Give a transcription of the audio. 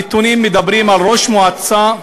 הנתונים מדברים על ראש מועצה,